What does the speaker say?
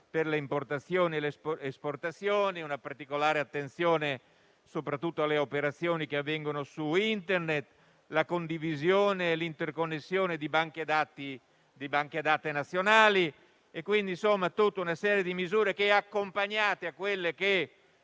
per le importazioni e le esportazioni, una particolare attenzione soprattutto alle operazioni che avvengono su Internet, la condivisione e l'interconnessione di banche dati nazionali e tutta una serie di misure che, accompagnate a quelle di